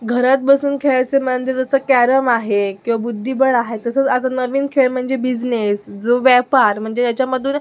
घरात बसून खेळायचे म्हणजे जसं कॅरम आहे किंवा बुद्धिबळ आहे तसंच आता नवीन खेळ म्हणजे बिजनेस जो व्यापार म्हणजे ज्याच्यामधून